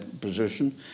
position